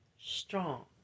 strong